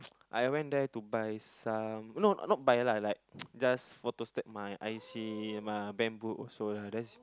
I went there to buy some no not buy lah like just photo stack my I_C and my bank book also lah